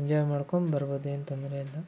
enjoy ಮಾಡ್ಕೊಂಡ್ಬರ್ಬೋದು ಏನೂ ತೊಂದರೆ ಇಲ್ಲ